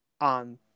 on